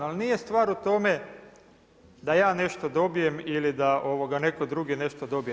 Ali nije stvar u tome da ja nešto dobijem ili da netko drugi nešto dobije.